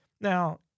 Now